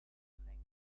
beträgt